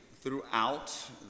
throughout